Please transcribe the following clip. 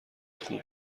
خوب